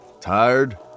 Tired